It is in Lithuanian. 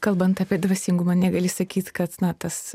kalbant apie dvasingumą negali sakyt kad na tas